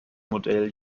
modell